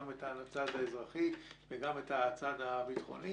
גם את הצד האזרחי וגם את הצד הביטחוני,